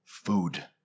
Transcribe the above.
Food